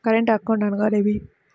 Current account అనగా ఏమిటి?